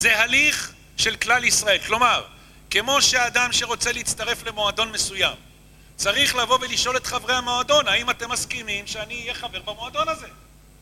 זה הליך של כלל ישראל, כלומר, כמו שאדם שרוצה להצטרף למועדון מסוים צריך לבוא ולשאול את חברי המועדון האם אתם מסכימים שאני אהיה חבר במועדון הזה.